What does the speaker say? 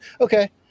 Okay